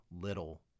little